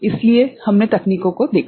इसलिए हमने तकनीकों को देखा